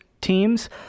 teams